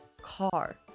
car